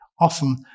often